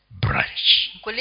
branch